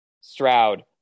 Stroud